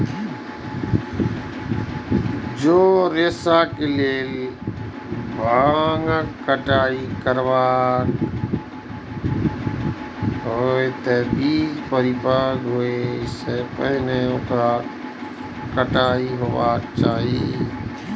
जौं रेशाक लेल भांगक कटाइ करबाक हो, ते बीज परिपक्व होइ सं पहिने ओकर कटाइ हेबाक चाही